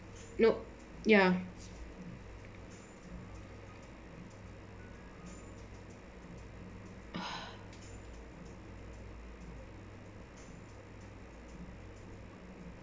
nope ya